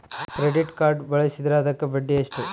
Credit card ಬಳಸಿದ್ರೇ ಅದಕ್ಕ ಬಡ್ಡಿ ಎಷ್ಟು?